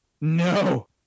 no